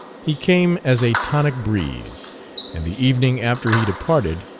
he came as a tonic breeze and the evening after he departed,